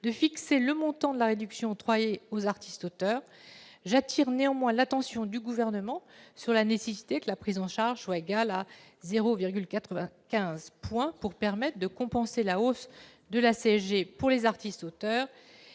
de fixer le montant de la réduction octroyée aux artistes auteurs. J'attire néanmoins l'attention du Gouvernement sur la nécessité que la prise en charge soit égale à 0,95 point de cotisation, pour permettre une compensation de la hausse de la CSG pour les artistes auteurs.